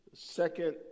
Second